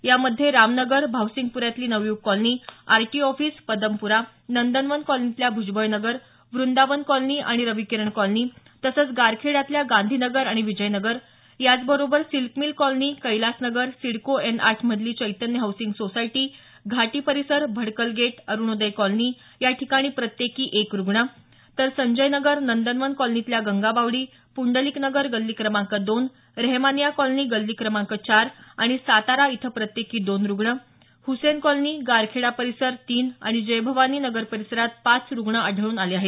यामध्ये रामनगर भावसिंगप्र्यातली Navyug colony RTO office Padmapura Nandanvan कॉलनीतल्या भुजबळनगर वृंदावन कॉलनी आणि रविकिरण कॉलनी तसंच गारखेड्यातल्या गांधी नगर आणि विजय नगर याचबरोबर silk mill colony Kailasnagar CIDCO N आठमधली चैतन्य हौसिंग सोसायटी घाटी परिसर भडकल गेट अरुणोद्य कॉलनी याठिकाणी प्रत्येकी एक रुग्ण तर संजयनगर नंदनवन कॉलनीतल्या गंगाबावडी पुंडलिकनगर गल्ली क्रमांक दोन रेहमानिया कॉलनी गल्ली क्रमांक चार आणि सातारा इथं प्रत्येकी दोन रूग्ण हुसेन कॉलनी गारखेडा परिसर तीन आणि जयभवानी नगर परिसरात पाच रुग्ण आढळून आले आहेत